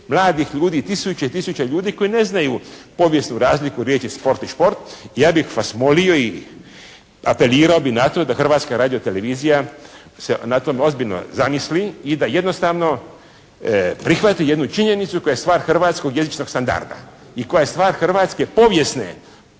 mladih ljudi, tisuće i tisuće ljudi koji ne znaju povijesnu razliku riječi: "sport" i "šport". Ja bih vas molio i apelirao bih na to da Hrvatska radiotelevizija se na tome ozbiljno zamisli i da jednostavno prihvati jednu činjenicu koja je "stvar" hrvatskog jezičnog standarda i koja je stvar hrvatske povijesne